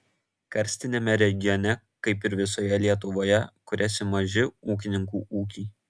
karstiniame regione kaip ir visoje lietuvoje kuriasi maži ūkininkų ūkiai